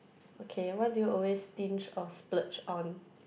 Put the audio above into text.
okay what do you always stinge or splurge on